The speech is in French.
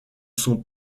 sont